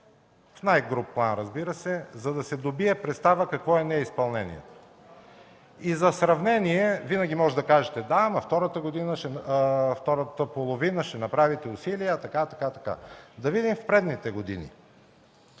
в най-груб план, разбира се, за да се добие представа какво е неизпълнението. Винаги можете да кажете да, но втората половина ще направите усилия и така нататък. Да видим в предните години.